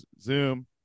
zoom